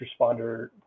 responder